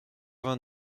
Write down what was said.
vingt